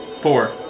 Four